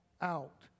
out